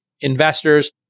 investors